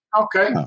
okay